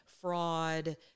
fraud